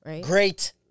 Great